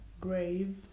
Grave